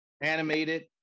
animated